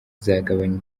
bizagabanya